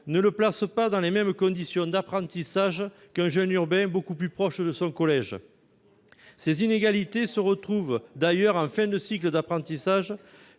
n'est pas placé dans les mêmes conditions d'apprentissage qu'un jeune urbain, habitant beaucoup plus près de son collège. Ces inégalités se retrouvent en fin de cycle d'apprentissage